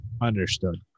understood